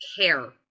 care